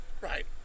right